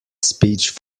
speech